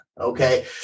Okay